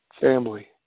family